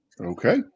Okay